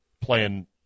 playing